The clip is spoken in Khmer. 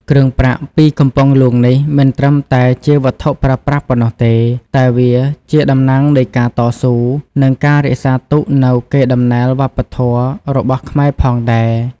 គ្រឿងប្រាក់ពីកំពង់ហ្លួងនេះ មិនត្រឹមតែជាវត្ថុប្រើប្រាស់ប៉ុណ្ណោះទេ តែវាជាតំណាងនៃការតស៊ូ និងការរក្សាទុកនូវកេរ្តិ៍ដំណែលវប្បធម៌របស់ខ្មែរផងដែរ។